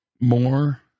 more